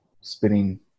spinning